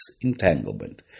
entanglement